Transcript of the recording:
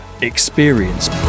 experience